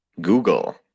google